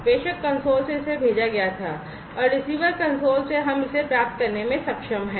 प्रेषक कंसोल से इसे भेजा गया था और रिसीवर कंसोल से हम इसे प्राप्त करने में सक्षम हैं